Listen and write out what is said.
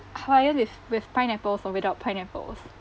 hawaiian is with pineapples or without pineapples